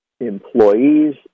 employees